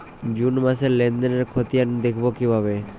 June মাসের লেনদেনের খতিয়ান দেখবো কিভাবে?